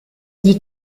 gli